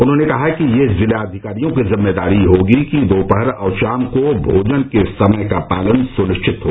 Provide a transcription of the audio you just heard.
उन्होंने कहा कि ये जिलाधिकारियों की जिम्मेदारी है कि दोपहर और शाम के भोजन के समय का पालन सुनिश्चित हो